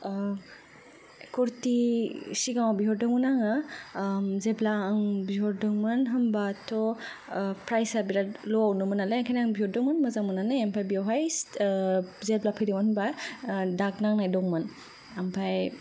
कुर्ति सिगाङाव बिहरदोंमोन आङो जेब्ला आं बिहरदोंमोन होमबाथ' प्राइजआ बिराट ल'वावनोमोन नालाय ओंखायनो आं बिहरदोंमोन मोजां मोननानै ओमफाय बेवहाय जेब्ला फैदोंमोन होनबा दाग नांनाय दंमोन ओमफाय